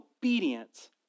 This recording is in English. obedience